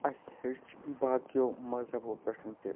اسہِ ہیٛوچھ باقیو مذہبو پٮ۪ٹھ تہِ